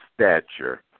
stature